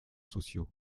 sociaux